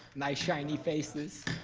nice shiny faces.